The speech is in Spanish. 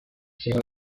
según